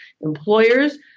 employers